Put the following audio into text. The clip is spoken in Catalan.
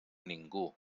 ningú